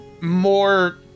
more